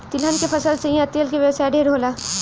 तिलहन के फसल से इहा तेल के व्यवसाय ढेरे होला